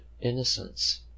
innocence